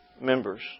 members